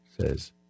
says